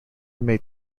made